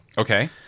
Okay